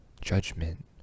judgment